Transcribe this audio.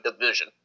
division